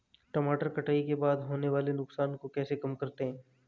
टमाटर कटाई के बाद होने वाले नुकसान को कैसे कम करते हैं?